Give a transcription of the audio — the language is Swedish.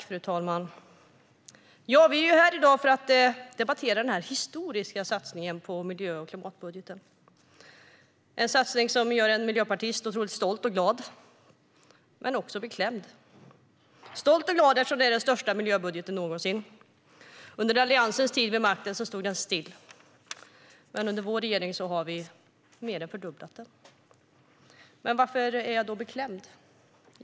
Fru talman! Vi är här i dag för att debattera en historisk satsning på miljö och klimatbudgeten. Det är en satsning som gör mig som miljöpartist otroligt stolt och glad, men samtidigt också beklämd. Jag är stolt och glad eftersom det är den största miljöbudgeten någonsin. Under Alliansens tid vid makten stod den stilla, men under vår regering har vi mer än fördubblat den. Men varför är jag då beklämd?